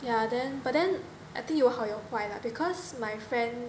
ya then but then I think 有好有坏 lah because my friend